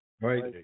Right